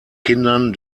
kindern